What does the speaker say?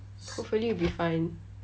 hopefully it'll be fine